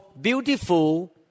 Beautiful